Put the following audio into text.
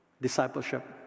discipleship